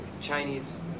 Chinese